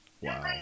Wow